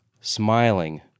smiling